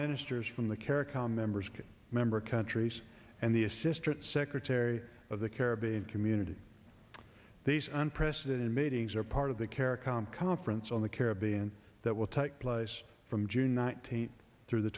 ministers from the caricom members can member countries and the assistant secretary of the caribbean community these unprecedented meetings are part of the caricom conference on the caribbean that will take place from june nineteenth through the